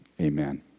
amen